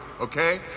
okay